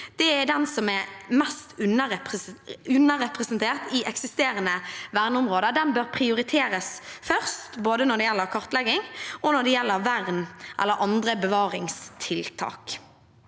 er den som er mest underrepresentert i eksisterende verneområder. Den bør prioriteres først, både når det gjelder kartlegging, og når det gjelder vern eller andre bevaringstiltak.